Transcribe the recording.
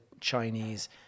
Chinese